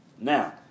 Now